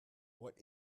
what